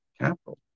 capital